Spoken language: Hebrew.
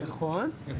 כמו שרגילים לסבך כל דבר.